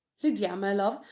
lydia, my love,